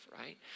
right